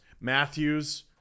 Matthews